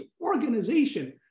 organization